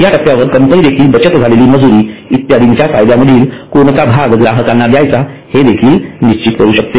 या टप्प्यावर कंपनी देखील बचत झालेली मजुरी इत्यादींच्या फायद्यांमधील कोणता भाग ग्राहकांना द्यायचा हे देखील निश्चित करू शकते